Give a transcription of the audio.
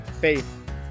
faith